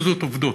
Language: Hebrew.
עובדות,